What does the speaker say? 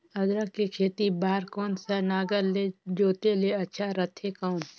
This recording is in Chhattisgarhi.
अदरक के खेती बार कोन सा नागर ले जोते ले अच्छा रथे कौन?